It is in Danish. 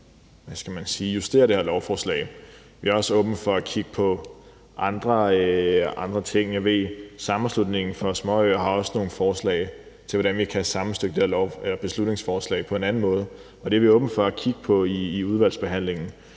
justere det her lovforslag. Vi er også åbne for at kigge på andre ting. Jeg ved, at Sammenslutningen af Danske Småøer også har nogle forslag til, hvordan vi kan sammenstykke det her beslutningsforslag på en anden måde, og det er vi åbne for at kigge på i udvalgsbehandlingen.